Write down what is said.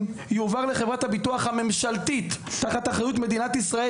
יועבר לחברת הביטוח הממשלתית ענבל,